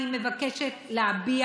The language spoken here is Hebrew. אני מבקשת להביע עמדה נוספת.